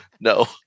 No